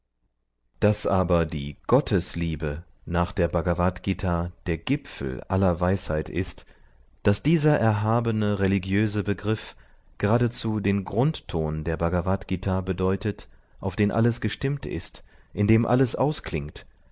daß aber die gottesliebe nach der bhagavadgt der gipfel aller weisheit ist daß dieser erhabene religiöse begriff geradezu den grundton der bhagavadgt bedeutet auf den alles gestimmt ist in dem alles ausklingt